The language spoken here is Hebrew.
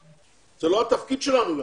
זה לא התפקיד שלנו גם.